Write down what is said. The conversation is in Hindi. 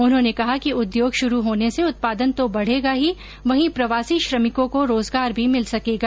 उन्होंने कहा कि उद्योग शुरू होने से उत्पादन तो बढेगा ही वहीं प्रवासी श्रमिकों को रोजगार भी मिल सकेगा